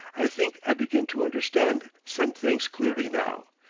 i think i begin to understand some things clearly, now.